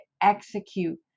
execute